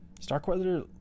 Starkweather